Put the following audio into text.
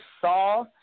saw